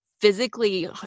physically